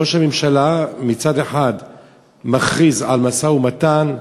ראש הממשלה מצד אחד מכריז על משא-ומתן,